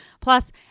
Plus